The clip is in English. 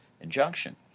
injunction